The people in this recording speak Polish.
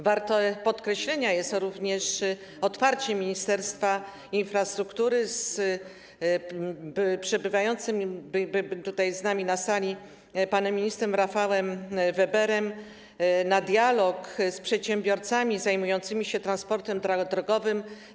Warte podkreślenia jest również otwarcie Ministerstwa Infrastruktury z przebywającym z nami tutaj, na sali panem ministrem Rafałem Weberem na dialog z przedsiębiorcami zajmującymi się transportem drogowym.